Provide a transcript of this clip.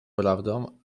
prawdą